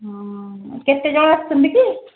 ହଁ କେତେ ଜଣ ଆସୁଛନ୍ତି କି